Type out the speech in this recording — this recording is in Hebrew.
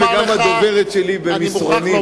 השר שמחון מייד עדכן אותי וגם הדוברת שלי במסרונים.